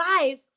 life